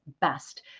best